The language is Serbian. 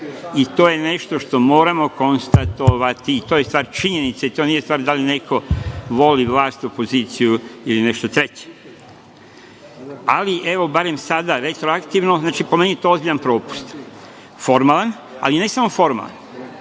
i to je nešto što moramo konstatovati. To je stvar činjenice, to nije stvar da li neko voli vlast, opoziciju ili nešto treće. Ali, evo, barem sada retroaktivno, znači po meni je to ozbiljan propust, formalan, ali ne samo formalan,